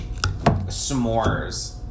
S'mores